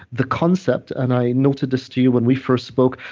the concept, and i noted this to you when we first spoke,